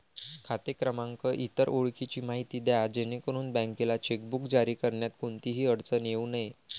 खाते क्रमांक, इतर ओळखीची माहिती द्या जेणेकरून बँकेला चेकबुक जारी करण्यात कोणतीही अडचण येऊ नये